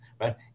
right